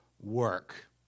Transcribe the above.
work